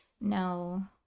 no